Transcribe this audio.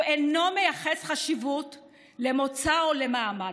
הוא אינו מייחס חשיבות למוצא או למעמד.